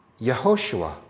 Yehoshua